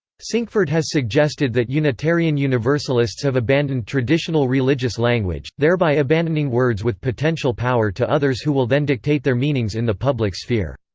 sinkford has suggested that unitarian universalists have abandoned traditional religious language, thereby abandoning words with potential power to others who will then dictate their meanings in the public sphere.